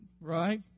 right